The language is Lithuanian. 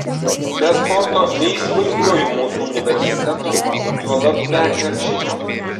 be sporto neįsivaizduoju mūsų universiteto juolab be krepšinio